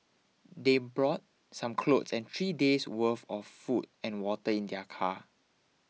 they brought some clothes and three days' worth of food and water in their car